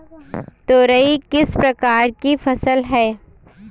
तोरई किस प्रकार की फसल है?